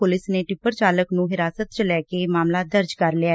police ਨੇ tipper ਚਾਲਕ ਨੂੰ ਹਿਰਾਸਤ ਚ ਲੈ ਕੇ ਮਾਮਲਾ ਦਰਜ ਕਰ ਲਿਆ